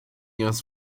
ihres